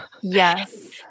Yes